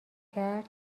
کرد